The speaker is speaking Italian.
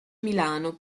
milano